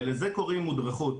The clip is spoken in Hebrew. ולזה קוראים מודרכות.